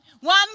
one